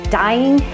dying